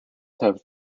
have